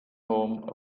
home